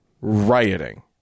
rioting